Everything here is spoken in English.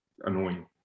annoying